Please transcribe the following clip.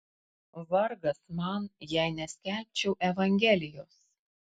vargas man jei neskelbčiau evangelijos